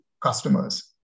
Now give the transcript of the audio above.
customers